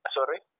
Sorry